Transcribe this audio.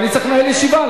אני צריך לנהל ישיבה,